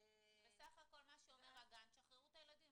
--- בסך הכל מה שנאמר תשחררו את הילדים.